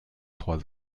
trois